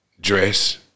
dress